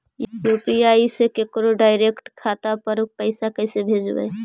UPI से केकरो direct खाता पर पैसा कैसे भेजबै?